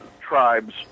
tribes